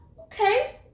Okay